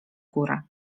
górę